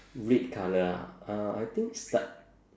red colour ah uh I think slight